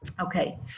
Okay